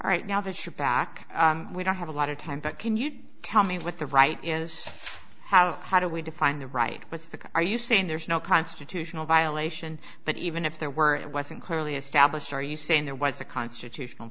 right now that you're back we don't have a lot of time but can you tell me what the right is how how do we define the right what's the are you saying there's no constitutional violation but even if there were it wasn't clearly established are you saying there was a constitutional